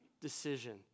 decision